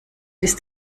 ist